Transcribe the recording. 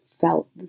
felt